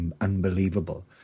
unbelievable